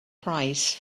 price